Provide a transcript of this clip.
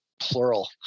plural